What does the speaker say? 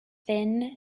thin